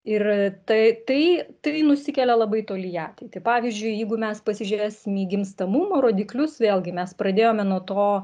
ir tai tai tai nusikelia labai toli į ateitį pavyzdžiui jeigu mes pasižiūrėsim į gimstamumo rodiklius vėlgi mes pradėjome nuo to